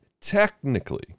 Technically